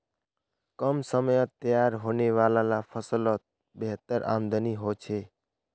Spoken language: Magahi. कम समयत तैयार होने वाला ला फस्लोत बेहतर आमदानी होछे